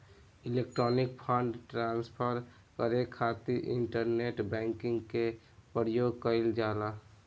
electronic fund transfer करे खातिर internet banking के प्रयोग कईल जाला